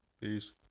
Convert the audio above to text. Peace